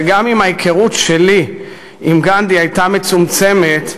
שגם אם ההיכרות שלי עם גנדי הייתה מצומצמת,